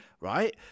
right